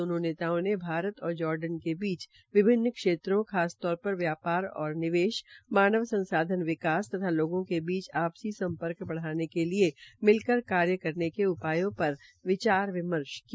दोनों नेताओं ने भारत और जोर्डन के बीच विभिन्न क्षेत्रों खास तौर पर व्यापार और निवेश मानव संसाधन विकास तथा लोगों के बीच आपसी सम्पर्क बढ़ाने के लिए मिलकर कार्य करने के उपायों पर विचार विमर्श किया